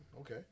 Okay